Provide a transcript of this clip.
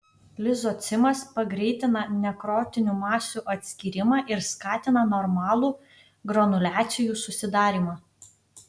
lizocimas pagreitina nekrotinių masių atskyrimą ir skatina normalų granuliacijų susidarymą